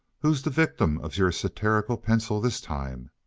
who's the victim of your satirical pencil this time?